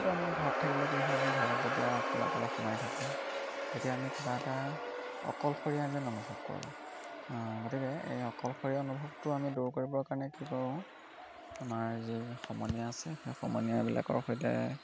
মনটো আমাৰ ঘৰত থাকিলে কি হয় আমি ঘৰত যেতিয়া অকলে অকলে সোমাই থাকোঁ তেতিয়া আমি কিবা এটা অকলশৰীয়া যেন অনুভৱ কৰোঁ গতিকে এই অকলশৰীয়া অনুভৱটো আমি দূৰ কৰিবৰ কাৰণে কি কৰোঁ আমাৰ যি সমনীয়া আছে সেই সমনীয়াবিলাকৰ সৈতে